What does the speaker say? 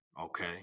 Okay